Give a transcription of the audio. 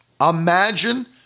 Imagine